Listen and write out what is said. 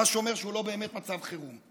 מה שאומר שהוא לא באמת מצב חירום.